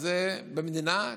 אז במדינה,